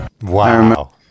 Wow